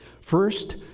first